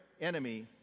enemy